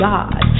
God